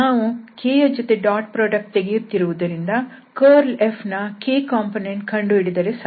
ನಾವು k ಜೊತೆ dot product ತೆಗೆಯುತ್ತಿರುವುದರಿಂದ curlFನ k ಕಂಪೋನೆಂಟ್ ಕಂಡುಹಿಡಿದರೆ ಸಾಕು